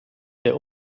der